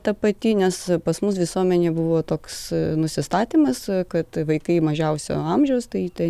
ta pati nes pas mus visuomenė buvo toks nusistatymas kad vaikai mažiausio amžiaus tai tai